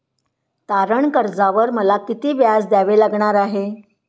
तारण कर्जावर मला किती व्याज द्यावे लागणार आहे?